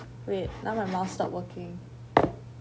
wait now my mouse stop working